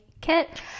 kit